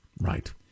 Right